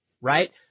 right